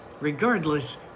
Regardless